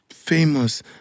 Famous